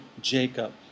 Jacob